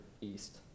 east